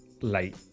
late